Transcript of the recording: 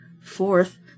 Fourth